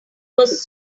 was